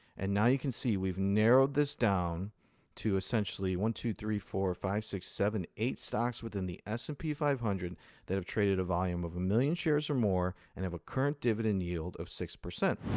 and now you can see we've narrowed this down to essentially one, two, three, four, five, six, seven, eight stocks within the s and p five hundred that have traded a volume of a million shares or more and if a current dividend yield of six. ok,